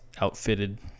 outfitted